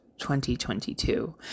2022